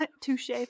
Touche